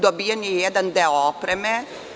Dobijen je jedan deo opreme.